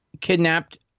kidnapped